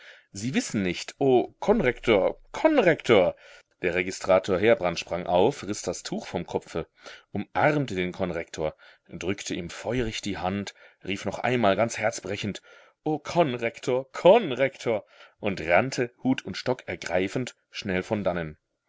sie wissen nicht o konrektor konrektor der registrator heerbrand sprang auf riß das tuch vom kopfe umarmte den konrektor drückte ihm feurig die hand rief noch einmal ganz herzbrechend o konrektor konrektor und rannte hut und stock ergreifend schnell von dannen